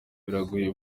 biragoye